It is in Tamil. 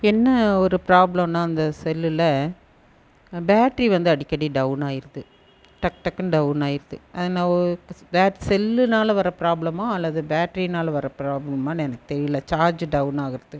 என்ன ஒரு ப்ராப்ளம்னால் அந்த செல்லில் பேட்டரி வந்து அடிக்கடி டவுன் ஆகிருது டக் டக்னு டவுன் ஆகிருது செல்லினால வர்ற ப்ராப்ளம்மா அல்லது பேட்டரினால் வர்ற ப்ராப்ளம்மா எனக்கு தெரியல சார்ஜ் டவுன் ஆகிறது